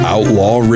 Outlaw